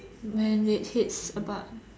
when it hits about